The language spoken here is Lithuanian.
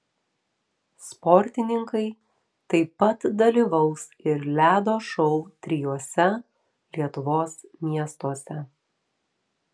sportininkai taip pat dalyvaus ir ledo šou trijuose lietuvos miestuose